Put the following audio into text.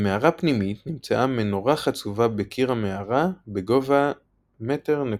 במערה פנימית נמצאה מנורה חצובה בקיר המערה בגובה 1.9 מטר.